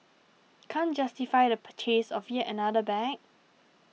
can't justify the purchase of yet another bag